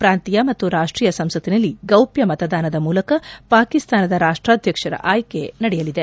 ಪ್ರಾಂತೀಯ ಮತ್ತು ರಾಷ್ಟೀಯ ಸಂಸತ್ತಿನಲ್ಲಿ ಗೌಷ್ಠ ಮತದಾನದ ಮೂಲಕ ಪಾಕಿಸ್ತಾನದ ರಾಷ್ಟಾಧ್ಯಕ್ಷರ ಆಯ್ಕೆ ನಡೆಯಲಿದೆ